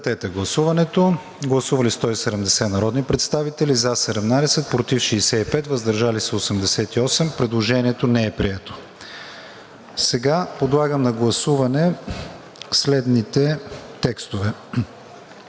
Димитрова. Гласували 170 народни представители: за 17, против 65, въздържали се 88. Предложението не е прието. Сега подлагам на гласуване следните текстове: